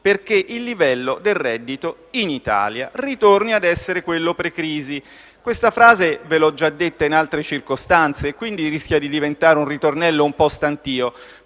perché il livello del reddito in Italia ritorni a essere quello pre-crisi. Questa frase ve l'ho già detta in altre circostanze, quindi rischia di diventare un ritornello un po' stantio.